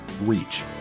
reach